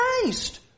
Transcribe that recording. Christ